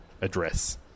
address